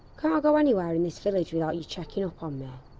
can't i go anywhere in this village without you checking up um ah